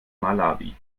malawi